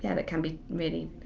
yeah that can be really